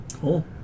Cool